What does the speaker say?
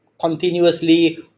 continuously